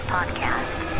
Podcast